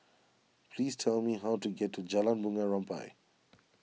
please tell me how to get to Jalan Bunga Rampai